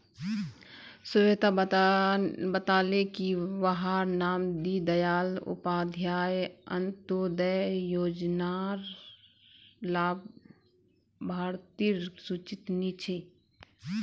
स्वेता बताले की वहार नाम दीं दयाल उपाध्याय अन्तोदय योज्नार लाभार्तिर सूचित नी छे